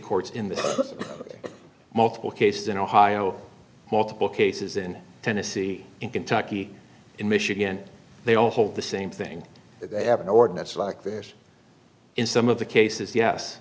courts in the multiple cases in ohio multiple cases in tennessee in kentucky in michigan they don't hold the same thing they have an ordinance like this in some of the cases yes